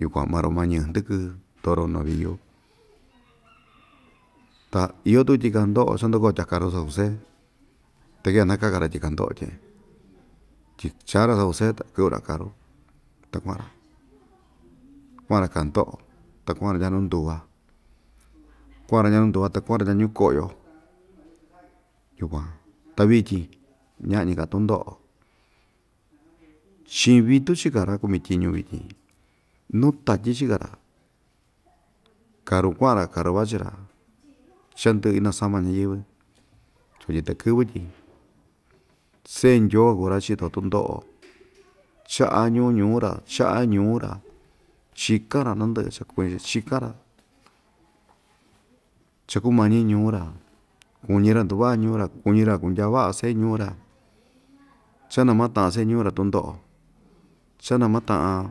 yukuan maroma ñɨɨ hndɨkɨ toro noviyu ta iyo tuku ityi kahndo'o cha‑ndukotya karu sakuse ta kia nakaka‑ra ityi kahndo'o tye'en tyi chaa‑ra sakuse ta kɨ'vɨ‑ra karu ta kua'an‑ra kua'an‑ra kahndo'o ta kua'an‑ra ndya nunduva kua'an‑ra ndya nunduva ta kua'an‑ra ndya ñuko'yo yukuan ta vityin ña'ñi‑ka tundo'o chi'in vitu chika ra‑kumi tyiñu vityin nuu tatyi chika‑ra karu kua'an‑ra karu vachi‑ra cha indɨ'ɨ inasama ñayɨ́vɨ sutyi takɨ́vɨ tyi se'e ndyoo kuu ra‑chito tundo'o cha'a ñu'u ñuu‑ra cha'a ñuu‑ra chikan‑ra nandɨ'ɨ chakuñi‑chi chikan‑ra chakumañi ñuu‑ra kuñi‑ra nduva'a ñuu‑ra kuñi‑ra kundyaa va'a se'e ñuu‑ra cha namata'an se'e ñuu‑ra tundo'o cha namata'an.